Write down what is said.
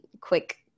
quick